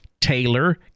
Taylor